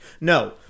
No